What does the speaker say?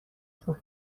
تون